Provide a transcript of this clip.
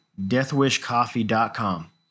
deathwishcoffee.com